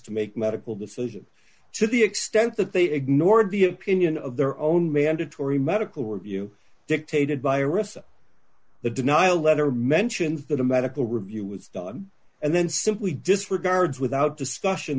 to make medical decisions to the extent that they ignored the opinion of their own mandatory medical review dictated by arista the denial letter mentions that a medical review was done and then simply disregards without discussion